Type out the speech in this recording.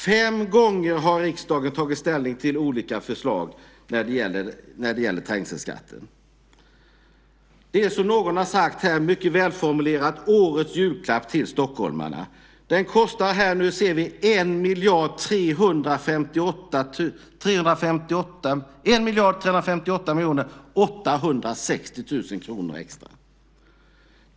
Fem gånger har riksdagen tagit ställning till olika förslag när det gäller trängselskatten. Det är, som någon har sagt här - mycket välformulerat - årets julklapp till stockholmarna. Den kostar, ser vi, 1 358 860 000 kr extra.